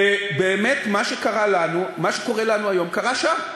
ובאמת מה שקורה לנו היום, קרה שם.